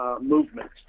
movement